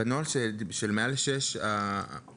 בנוהל של מעל שש הרישום,